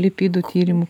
lipidų tyrimų